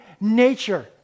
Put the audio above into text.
nature